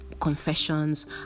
Confessions